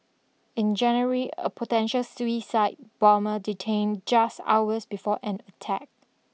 in January a potential suicide bomber detained just hours before an attack